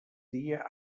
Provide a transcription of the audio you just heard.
dia